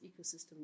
ecosystem